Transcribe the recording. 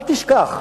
אל תשכח.